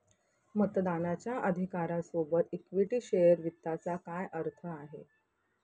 मतदानाच्या अधिकारा सोबत इक्विटी शेअर वित्ताचा काय अर्थ आहे?